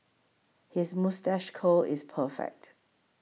his moustache curl is perfect